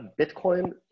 Bitcoin